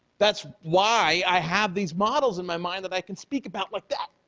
that's why i have these models in my mind that i can speak about like that.